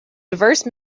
diverse